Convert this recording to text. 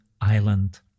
island